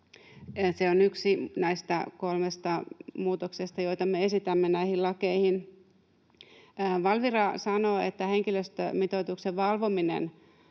Se on yksi näistä kolmesta muutoksesta, joita me esitämme näihin lakeihin. Valvira sanoo, että henkilöstömitoituksen valvominen